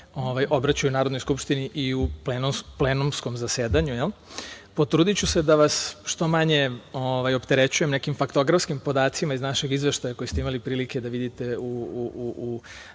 obraćaju Narodnoj skupštini i u plenumskom zasedanju. Potrudiću se da vas što manje opterećujem nekim faktografskim podacima iz našeg izveštaja koji ste imali prilike da vidite u